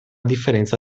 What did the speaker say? differenza